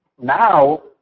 now